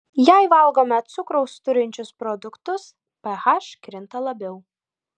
jei valgome cukraus turinčius produktus ph krinta labiau